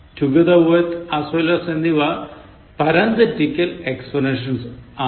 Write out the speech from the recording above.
together with as well as എന്നിവ parenthetical expressions ആണ്